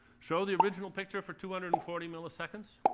show the original picture for two hundred and forty milliseconds.